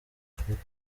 afurika